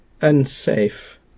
unsafe